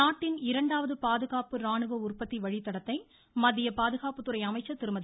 நாட்டின் இரண்டாவது பாதுகாப்பு ராணுவ உற்பத்தி வழித்தடத்தை மத்திய பாதுகாப்புத்துறை அமைச்சர் திருமதி